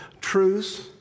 Truths